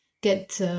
get